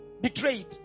betrayed